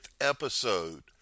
episode